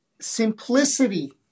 Simplicity